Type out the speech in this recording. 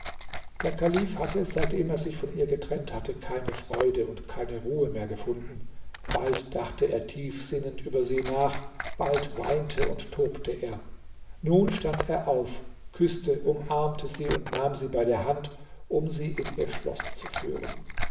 der kalif hatte seitdem er sich von ihr getrennt fand keine freude und keine ruhe mehr gefunden bald dachte er tiefsinnend über sie nach bald weinte und tobte er nun stand er auf küßte umarmte sie und nahm sie bei der hand um sie in ihr schloß zu führen